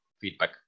feedback